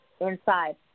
inside